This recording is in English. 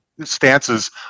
stances